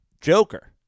Joker